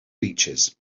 beaches